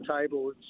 table